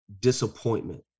disappointment